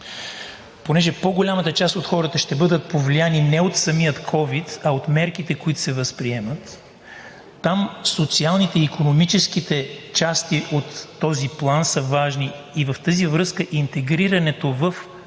зона, по-голямата част от хората ще бъдат повлияни не от самия ковид, а от мерките, които се възприемат там, социалните и икономическите части от този план са важни и в тази връзка интегрирането в